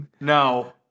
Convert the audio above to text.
No